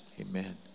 Amen